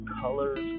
colors